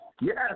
Yes